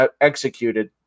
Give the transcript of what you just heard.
executed